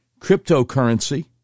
cryptocurrency